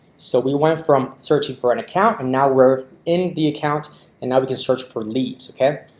so we went from searching for an account and now we're in the account and now we can search for leads. okay,